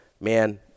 man